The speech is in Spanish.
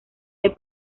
hay